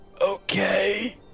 Okay